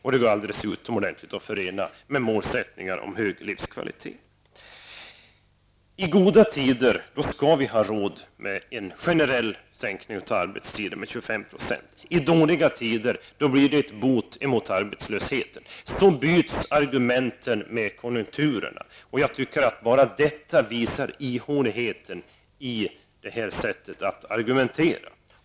Detta går alldeles utmärkt att förena med målet högre livskvalitet. I goda tider skall vi har råd med en generell sänkning av arbetstiden med 25 %, i dåliga tider blir det ett hot mot arbetslösheten. Så byts argumenten alltefter konjunkturerna. Jag tycker att bara detta visar ihåligheten i det där sättet att argumentera.